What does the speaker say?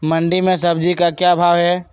मंडी में सब्जी का क्या भाव हैँ?